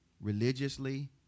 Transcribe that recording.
religiously